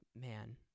man